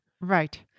Right